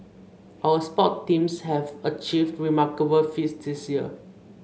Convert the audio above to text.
our sports teams have achieved remarkable feats this year